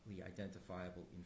identifiable